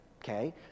Okay